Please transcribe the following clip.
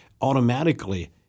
automatically